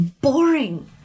boring